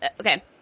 Okay